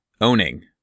owning